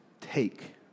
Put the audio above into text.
take